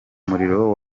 muriro